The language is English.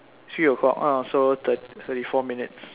three o'clock ah so the thr~ thirty four minutes